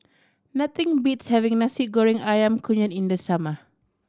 nothing beats having Nasi Goreng Ayam Kunyit in the summer